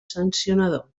sancionador